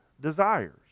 desires